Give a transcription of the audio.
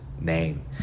name